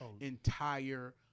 entire